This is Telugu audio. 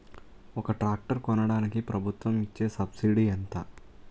ఒక ట్రాక్టర్ కొనడానికి ప్రభుత్వం ఇచే సబ్సిడీ ఎంత?